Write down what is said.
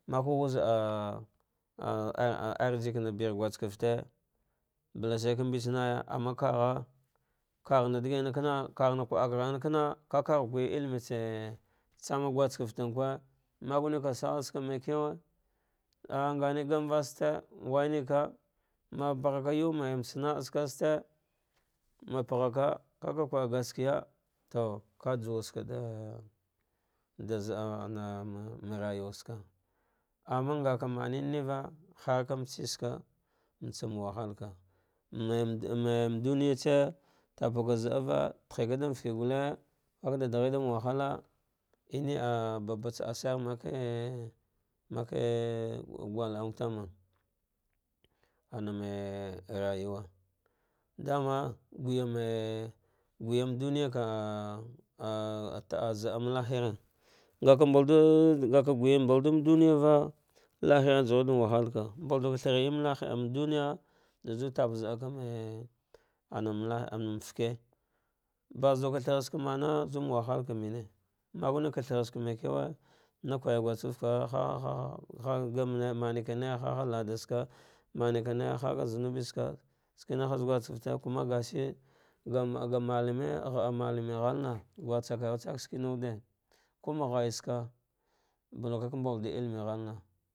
Maka ghuz a arzikina begh guskete bala shir ka mbenaya kagha, kaghana digina kana haghane kwaakgharn kana, va vagh gwai lllimetse tsame guskeften kwe magne ka sallah tsake mamkewe ah ngane ste, wainnaka mba bagharka yuwsne haste ma paghaka kava vwar gaskiya to ka jawar a gamvaha, ɗam zaamba rayuwatsaka ammma ngava manenava, harka mbetse ska mtsan wahalka mme nduniyatse tabuka zaalla, tahika dan feke gulle vavada ɗghin ɗam halah, nia babtsa asara makegh gulangha ta ma, aname rayuwa dama giuame, gabane ɗuniyaka ot zaamba lahira, ngaka mbal mba chniyava lahira juwa ɗam wahalka mbal diva thra ie mba duiya da jutap zaa ana la. An feke ba dvka thrantsa mmana, ma wahaka mene magneva throka maikawe nak ware guskafte kwara hah gummne nana laɗa sva, manevane haha zunubiska, skane ali malene ghalna atsavarutsakan sken wude kummgha ska balar ka ka mbadu llimighalna.